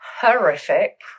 horrific